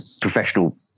professional